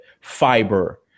fiber